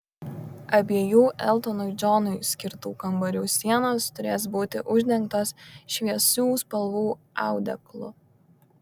abiejų eltonui džonui skirtų kambarių sienos turės būti uždengtos šviesių spalvų audeklu